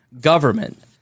government